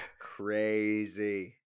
Crazy